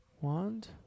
Wand